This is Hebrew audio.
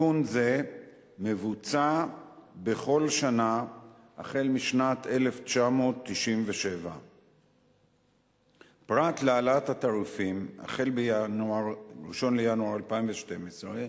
עדכון זה מבוצע בכל שנה החל משנת 1997. פרט להעלאת התעריפים החל מ-1 בינואר 2012,